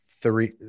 three